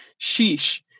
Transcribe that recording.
sheesh